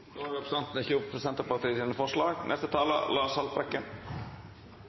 Da har representanten Lars Haltbrekken